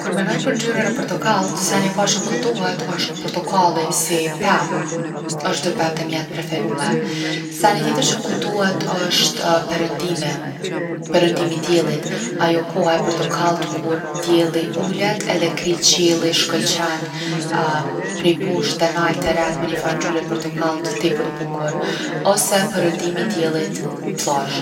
Kur menoj për ngjyrën e portokallt, seni i parë që m’kujtohet osht portokalli si pemë. Osht ndër pemët e mia t’preferume. Seni tjetër që m’kujtohet osht perëndimi, perëndimi i diellit, ajo koha e portokallt kur dielli ulet edhe krejt qielli shkëlqen prej poshtë te nalt te retë me nifar ngjyrë t’portokallt tepër t’bukur. Ose perëndimi i diellit n’pllazhë.